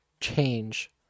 change